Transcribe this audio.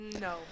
No